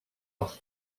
off